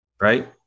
right